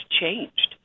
changed